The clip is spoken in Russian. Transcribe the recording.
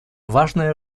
важная